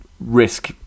risk